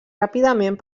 ràpidament